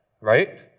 right